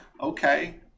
okay